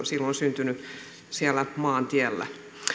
silloin syntynyt siellä maantiellä